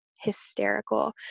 hysterical